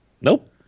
Nope